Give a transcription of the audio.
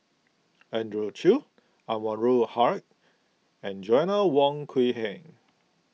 Andrew Chew Anwarul Haque and Joanna Wong Quee Heng